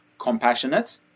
compassionate